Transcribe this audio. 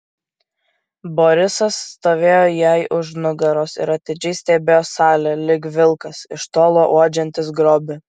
borisas stovėjo jai už nugaros ir atidžiai stebėjo salę lyg vilkas iš tolo uodžiantis grobį